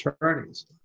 attorneys